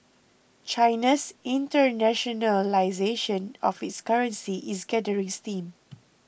China's internationalisation of its currency is gathering steam